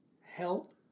help